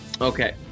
Okay